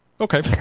Okay